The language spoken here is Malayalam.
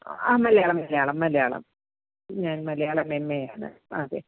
ആ മലയാളം മലയാളം മലയാളം ഞാൻ മലയാളം എം എയാണ് ആതെ